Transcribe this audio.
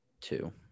two